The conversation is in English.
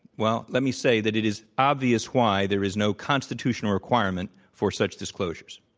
well, let me say that it is obvious why there is no constitutional requirement for such disclosures.